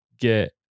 get